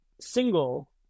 single